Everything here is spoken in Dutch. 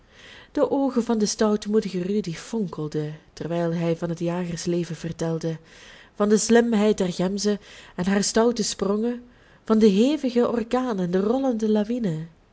de oogen van den stoutmoedigen rudy fonkelden terwijl hij van het jagersleven vertelde van de slimheid der gemzen en haar stoute sprongen van den hevigen orkaan en de rollende lawinen